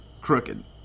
crooked